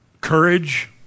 courage